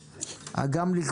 אבל היום לא